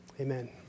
Amen